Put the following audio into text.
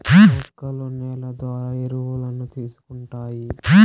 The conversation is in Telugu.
మొక్కలు నేల ద్వారా ఎరువులను తీసుకుంటాయి